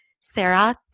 Sarah